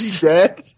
dead